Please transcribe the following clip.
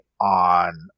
on